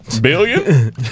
billion